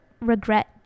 regret